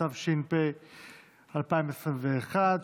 התשפ"ב 2021,